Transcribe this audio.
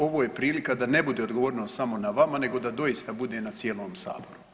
Ovo je prilika da ne bude odgovornost samo na vama nego da doista bude na cijelom saboru.